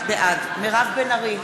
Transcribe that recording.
בעד מירב בן ארי,